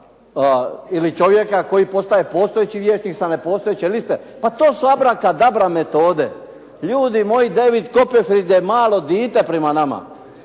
ili čovjeka koji postaje postojeći vjećnik sa nepostojeće liste. Pa to su abrakadabra metode. Ljudi moji David Coperfield je malo dite prema nama,